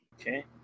Okay